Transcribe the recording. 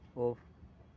off